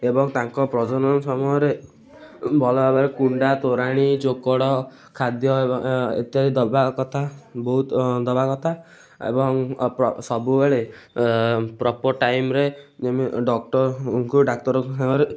ଏବଂ ତାଙ୍କ ପ୍ରଜନନ ସମୟରେ ଭଲ ଭାବରେ କୁଣ୍ଡା ତୋରାଣି ଚୋକଡ଼ ଖାଦ୍ୟ ଏବ ଇତ୍ୟାଦି ଦବା କଥା ବହୁତ ଦବା କଥା ଏବଂ ସବୁବେଳେ ପ୍ରପର୍ ଟାଇମ୍ରେ ଯେମି ଡକ୍ଟରଙ୍କୁ ଡାକ୍ତର ସାଙ୍ଗରେ